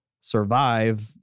survive